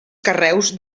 carreus